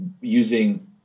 using